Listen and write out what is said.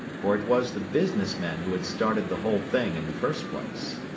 for it was the businessmen who had started the whole thing in the first place.